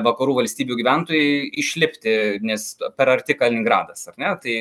vakarų valstybių gyventojai išlipti nes per arti kaliningradas ar ne tai